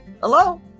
Hello